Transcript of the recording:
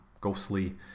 ghostly